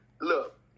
look